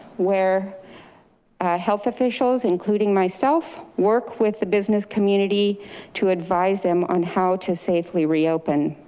where health officials, including myself, work with the business community to advise them on how to safely reopen.